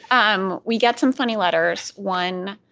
um we get some funny letters. one